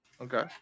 Okay